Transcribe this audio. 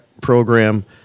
program